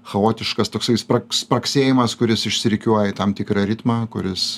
chaotiškas toksai sprak spragsėjimas kuris išsirikiuoja į tam tikrą ritmą kuris